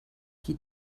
qui